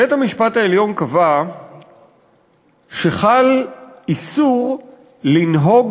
בית-המשפט העליון קבע שחל איסור לנהוג